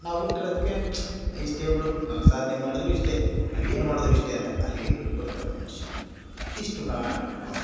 ನಾವು ಹುಟ್ಟಿರೋದ್ಕೆ ಇಷ್ಟೆ ಬಿಡು ನಾವು ಸಾಧನೆ ಮಾಡಿದ್ರೂ ಇಷ್ಟೇ ನಾವು ಏನು ಮಾಡಿದ್ರೂ ಇಷ್ಟೇ ಅಂತ ಅಲ್ಲಿಗೆ ಬಿಟ್ಬಿಡ್ತಾರೆ ಮನುಷ್ಯ ಇಷ್ಟು